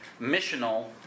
missional